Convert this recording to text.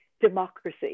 democracy